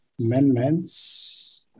amendments